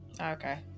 Okay